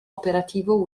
operativo